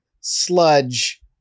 sludge